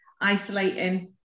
isolating